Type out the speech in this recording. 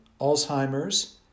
Alzheimer's